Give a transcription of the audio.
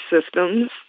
systems